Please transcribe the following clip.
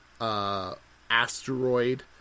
Asteroid